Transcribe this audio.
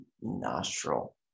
nostril